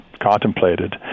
contemplated